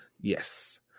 Yes